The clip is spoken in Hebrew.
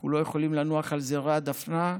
אנחנו לא יכולים לנוח על זרי הדפנה.